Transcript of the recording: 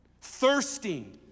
thirsting